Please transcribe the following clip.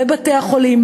בבתי-החולים,